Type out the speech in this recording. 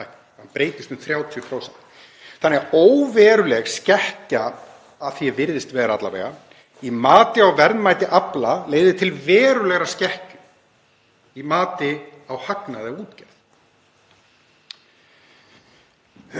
Þannig að óveruleg skekkja, sem virðist vera í mati á verðmæti afla, leiðir til verulegrar skekkju í mati á hagnaði af útgerð. Það sem